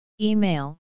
Email